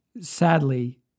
Sadly